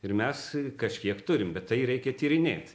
ir mes kažkiek turim bet tai reikia tyrinėt